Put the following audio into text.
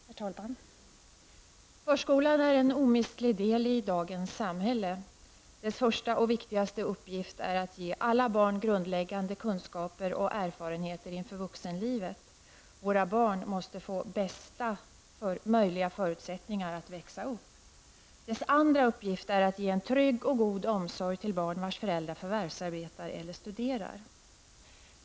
Herr talman! Förskolan är en omistlig del i dagens samhälle. Dess första och viktigaste uppgift är att ge alla barn grundläggande kunskaper och erfarenheter inför vuxenlivet. Våra barn måste få bästa möjliga förutsättningar att växa upp. Dess andra uppgift är att ge en trygg och god omsorg till barn vars föräldrar förvärvsarbetar eller studerar.